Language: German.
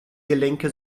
gelenke